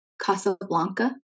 Casablanca